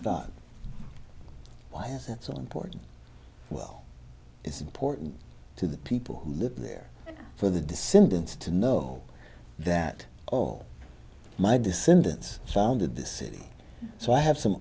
thought why is it so important well it's important to the people who live there for the descendants to know that all my descendants sounded this city so i have some